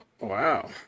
wow